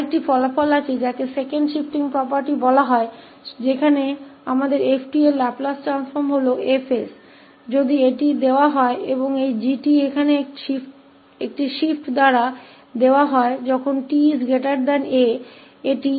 एक और परिणाम है जिसे दूसरी शिफ्टिंग property कहा जाता है जहां हमारे पास f𝑡 का लाप्लास परिवर्तन F𝑠 है यदि यह दिया गया है और 𝑔𝑡 अब है यहाँ एक शिफ्ट द्वारा दिया गया है जब 𝑡 𝑎 यह 𝑓𝑡 − 𝑎 है